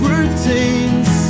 routines